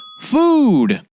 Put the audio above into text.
food